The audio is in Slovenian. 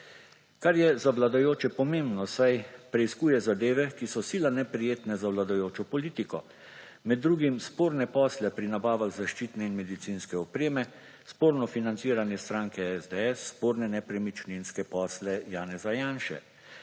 Kar je za vladajoče pomembno, saj preiskuje zadeve, ki so sila neprijetne za vladajočo politiko, med drugim sporne posle pri nabavah zaščitne in medicinske opreme, sporno financiranje stranke SDS, sporne nepremičninske posle Janeza Janše.